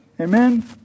Amen